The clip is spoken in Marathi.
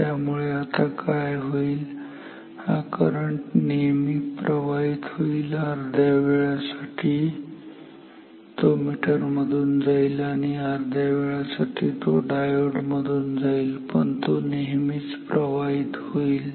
त्यामुळे आता काय होईल हा करंट नेहमी प्रवाहित होईल अर्ध्या वेळासाठी तो मीटर मधून जाईल आणि बाकी अर्ध्या वेळासाठी तो डायोड मधून जाईल पण तो नेहमीच प्रवाहित होईल